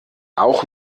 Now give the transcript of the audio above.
auch